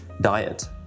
diet